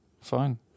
Fine